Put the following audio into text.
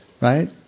Right